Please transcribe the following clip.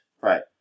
right